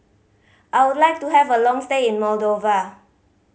I would like to have a long stay in Moldova